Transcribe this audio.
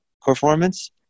performance